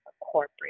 corporate